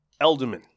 Elderman